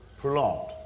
prolonged